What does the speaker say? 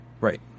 right